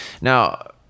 Now